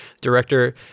director